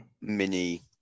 mini